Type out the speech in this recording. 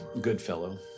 Goodfellow